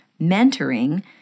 mentoring